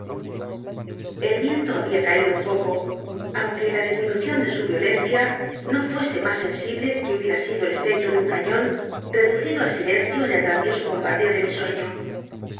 el yienlo había caído un poco aunque la disminucion de su iolencia no fuese mas sensible que hubiera sido el efecto de un cañon reducido al silencio en el gmndioso bombardeo de mi sueño pero